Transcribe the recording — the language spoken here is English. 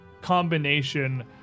combination